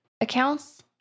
accounts